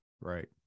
Right